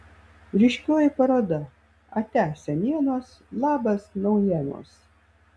ryškioji paroda atia senienos labas naujienos